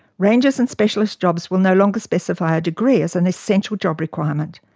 rangers and specialist jobs will no longer specify a degree as an essential job requirement.